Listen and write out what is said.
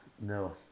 no